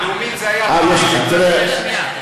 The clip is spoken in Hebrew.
לאומית זה היה פעם, זה היה שר הדתות.